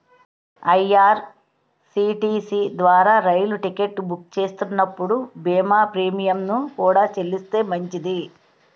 IRCTC ద్వారా రైలు ticket book చేస్తున్నప్పుడు బీమా ప్రీమియంను కూడా చెల్లిస్తే మంచిది